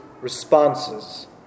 responses